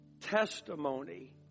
testimony